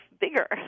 bigger